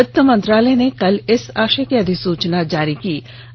वित्त मंत्रालय से कल इस आशय की अधिसूचना जारी की गई